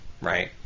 right